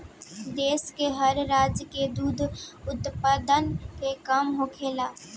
देश में हर राज्य में दुध उत्पादन के काम होला